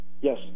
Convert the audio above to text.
Yes